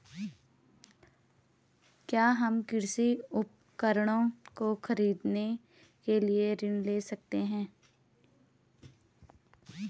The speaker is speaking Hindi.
क्या हम कृषि उपकरणों को खरीदने के लिए ऋण ले सकते हैं?